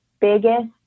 biggest